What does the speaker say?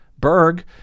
Berg